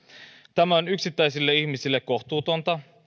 tämä on yksittäisille ihmisille kohtuutonta